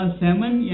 salmon